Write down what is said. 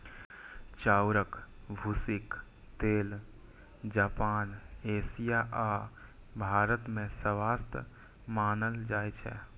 चाउरक भूसीक तेल जापान, एशिया आ भारत मे स्वस्थ मानल जाइ छै